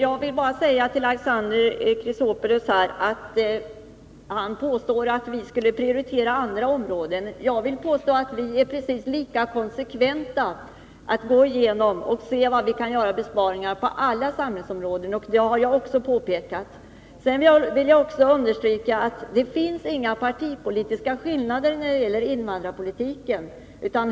Herr talman! Alexander Chrisopoulos påstår att vi skulle prioritera andra områden. Jag vill påstå att vi är precis lika konsekventa när det gäller att göra besparingar på alla samhällsområden. Det har jag också påpekat. Sedan vill jag också understryka att det inte finns några partipolitiska skillnader i fråga om invandrarpolitiken.